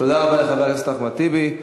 תודה רבה לחבר הכנסת אחמד טיבי.